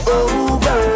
over